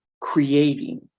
creating